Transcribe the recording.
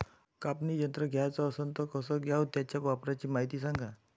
कापनी यंत्र घ्याचं असन त कस घ्याव? त्याच्या वापराची मायती सांगा